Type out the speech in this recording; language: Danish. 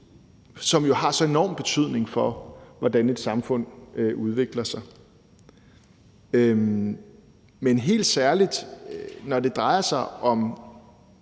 jo har så enorm betydning for, hvordan et samfund udvikler sig. Og det er helt særligt, når det drejer sig om